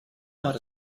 not